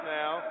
now